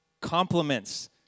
Compliments